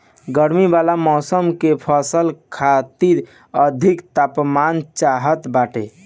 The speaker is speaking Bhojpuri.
गरमी वाला मौसम के फसल खातिर अधिक तापमान चाहत बाटे